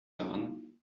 town